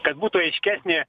kad būtų aiškesnė